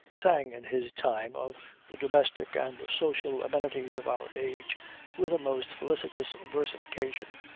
sang in his time of the domestic and social amenities of our age with a most felicitous versification,